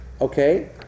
okay